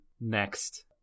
next